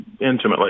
intimately